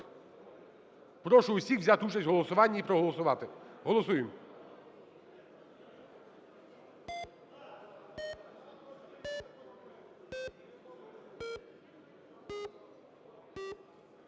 Прошу всіх взяти участь у голосуванні і проголосувати. Голосуємо.